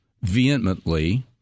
vehemently